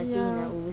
ya